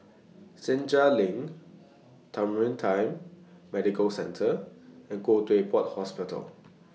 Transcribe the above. Senja LINK timer Time Medical Centre and Khoo Teck Puat Hospital